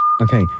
Okay